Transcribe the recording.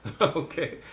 Okay